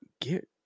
get